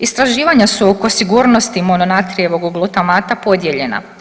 Istraživanja su oko sigurnosti mononatrijevog glutamata podijeljena.